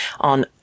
on